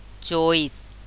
CHOICE